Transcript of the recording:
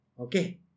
Okay